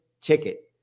ticket